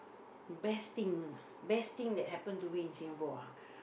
best thing ah best thing that happen to me in Singapore ah